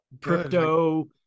crypto